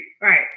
Right